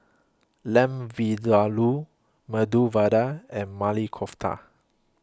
Lamb Vindaloo Medu Vada and Maili Kofta